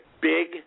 Big